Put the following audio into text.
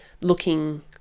looking